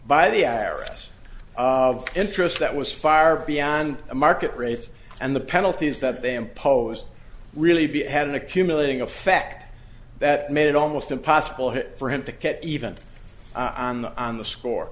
by the iris of interest that was far beyond a market rates and the penalties that they imposed really be had an accumulating effect that made it almost impossible for him to get even on the on the score